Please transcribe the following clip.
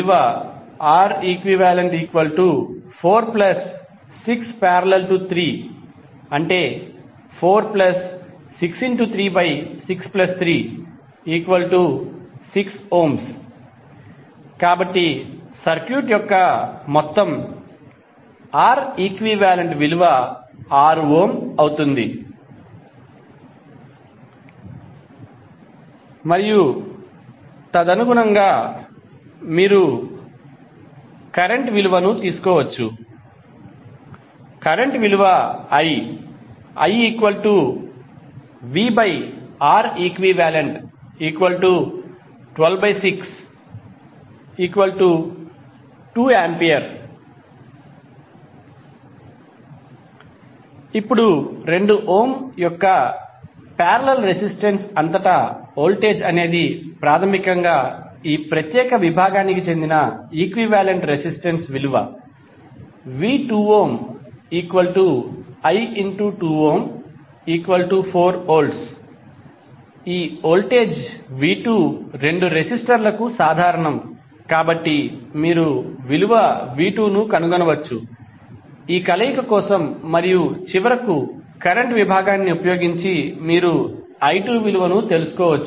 Req46||3463636 కాబట్టి circuit యొక్క మొత్తం R ఈక్వివాలెంట్ విలువ 6 ఓం అవుతుంది మరియు తదనుగుణంగా మీరు కరెంట్ విలువను తెలుసుకోవచ్చు iVReq1262A ఇప్పుడు 2 ఓం యొక్క పారేలల్ రెసిస్టెన్స్ అంతటా వోల్టేజ్ అనేది ప్రాథమికంగా ఈ ప్రత్యేక విభాగానికి చెందిన ఈక్వివాలెంట్ రెసిస్టెన్స్ విలువ v2i24 V ఈ వోల్టేజ్ v2 రెండు రెసిస్టర్లకు సాధారణం కాబట్టి మీరు విలువ v2 ను కనుగొనవచ్చు ఈ కలయిక కోసం మరియు చివరకు కరెంట్ విభాగాన్ని ఉపయోగించి మీరు i2 విలువను తెలుసుకోవచ్చు